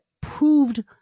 proved